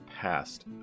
past